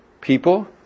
people